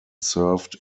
served